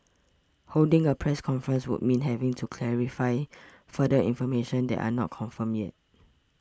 holding a press conference would mean having to clarify further information that are not confirmed yet